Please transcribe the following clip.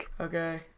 Okay